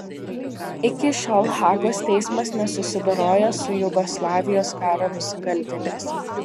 iki šiol hagos teismas nesusidoroja su jugoslavijos karo nusikaltėliais